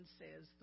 says